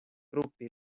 grupi